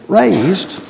raised